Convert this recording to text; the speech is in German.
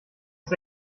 ist